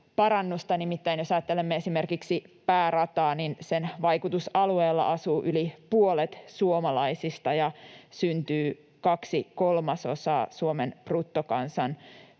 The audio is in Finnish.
nimittäin jos ajattelemme esimerkiksi päärataa, niin sen vaikutusalueella asuu yli puolet suomalaisista ja syntyy kaksi kolmasosaa Suomen bruttokansantuotteesta,